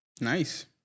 Nice